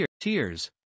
tears